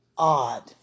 Odd